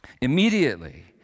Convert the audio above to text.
Immediately